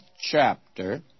chapter